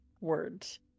words